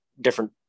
different